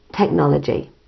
Technology